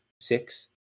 six